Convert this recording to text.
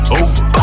over